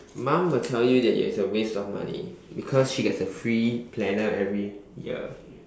mum will tell you that is it a waste of money because she gets a free planner every year